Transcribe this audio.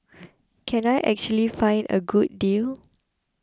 can I actually find a good deal